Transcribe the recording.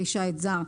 כלי שיט זר,